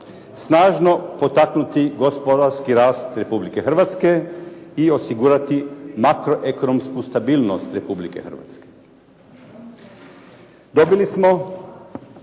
"snažno potaknuti gospodarski rast Republike Hrvatske i osigurati makroekonomsku stabilnost Republike Hrvatske". Dobili smo